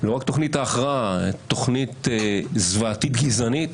לא רק תוכנית ההכרעה, אלא תוכנית זוועתית גזענית